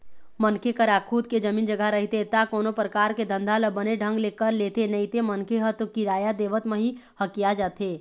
मनखे करा खुद के जमीन जघा रहिथे ता कोनो परकार के धंधा ल बने ढंग ले कर लेथे नइते मनखे ह तो किराया देवत म ही हकिया जाथे